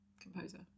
Composer